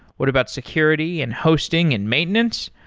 what about security and hosting and maintenance?